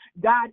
God